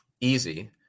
easy